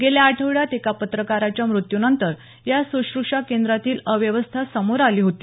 गेल्या आठवड्यात एका पत्रकाराच्या मृत्यूनंतर या सुश्रषा केंद्रातली अव्यवस्था समोर आली होती